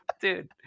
Dude